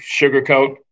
sugarcoat